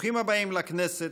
ברוכים הבאים לכנסת,